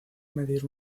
medir